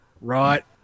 Right